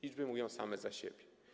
Liczby mówią same za siebie.